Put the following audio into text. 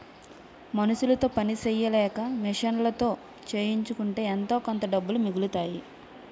మనుసులతో పని సెయ్యలేక మిషన్లతో చేయించుకుంటే ఎంతోకొంత డబ్బులు మిగులుతాయి